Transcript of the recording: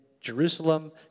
Jerusalem